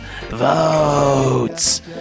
votes